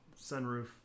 sunroof